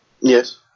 Yes